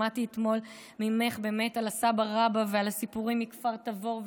שמעתי אתמול ממך על הסבא-רבא ועל הסיפורים מכפר תבור,